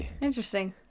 Interesting